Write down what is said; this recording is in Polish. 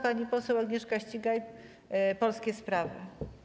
Pani poseł Agnieszka Ścigaj, Polskie Sprawy.